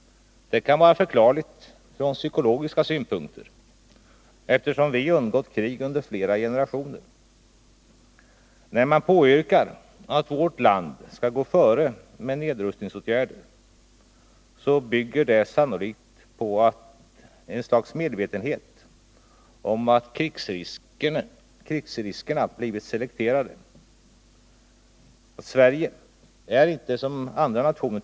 Det kan vara förklarligt från psykologiska synpunkter, eftersom vi undgått krig under flera generationer. När man påyrkar att vårt land skall gå före med nedrustningsåtgärder bygger det sannolikt på ett slags medvetenhet om att krigsriskerna blivit selekterade. Man tycks mena att Sverige inte är som andra nationer.